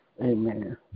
Amen